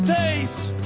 taste